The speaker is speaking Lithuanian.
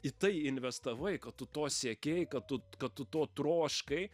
į tai investavai kad tu to siekei kad tu kad tu to troškai